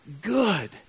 good